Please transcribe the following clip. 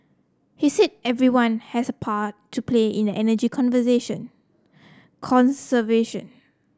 he said everyone has a part to play in an energy conversation conservation